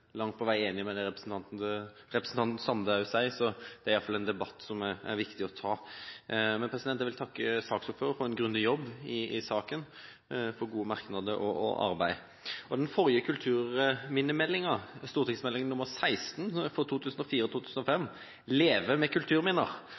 langt på vei enig i det representanten Sande nettopp sa. Det er i hvert fall en debatt som er viktig å ta. Jeg vil takke saksordføreren for en grundig jobb i saken, for gode merknader og arbeid. Den forrige kulturminnemeldingen, St.meld. nr. 16 for